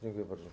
Dziękuję bardzo.